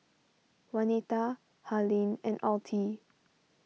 Juanita Harlene and Altie